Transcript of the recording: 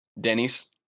Denny's